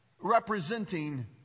representing